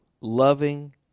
loving